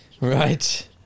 Right